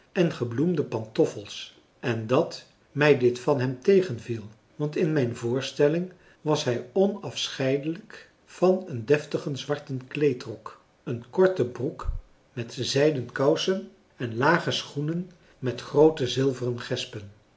en gebloemde pantoffels en dat mij dit van hem tegenviel want in mijn voorstelling was hij onafscheidelijk van een deftigen zwarten kleedrok een korte broek met zijden kousen en lage schoenen met groote zilveren gespen